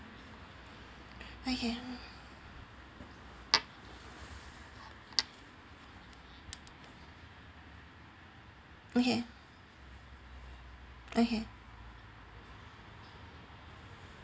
okay okay okay